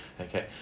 Okay